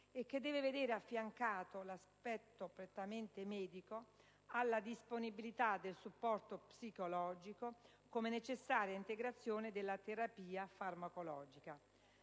e che deve vedere affiancato l'aspetto prettamente medico alla disponibilità del supporto psicologico, come necessaria integrazione della terapia farmacologica.